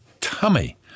tummy